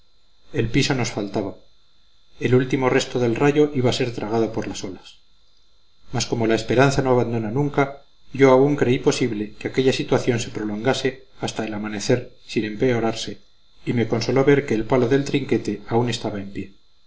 el piso nos faltaba el último resto del rayo iba a ser tragado por las olas mas como la esperanza no abandona nunca yo aún creí posible que aquella situación se prolongase hasta el amanecer sin empeorarse y me consoló ver que el palo del trinquete aún estaba en pie